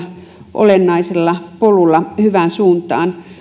olennaisella polulla hyvään suuntaan